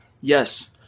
Yes